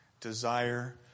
Desire